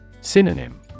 Synonym